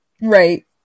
right